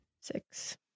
Six